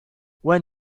when